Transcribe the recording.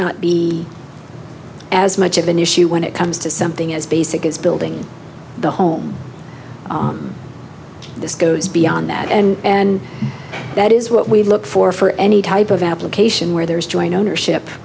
not be as much of an issue when it comes to something as basic as building the home this goes beyond that and and that is what we look for for any type of application where there is joint ownership